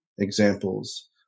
examples